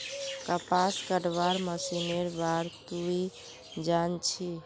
कपास कटवार मशीनेर बार तुई जान छि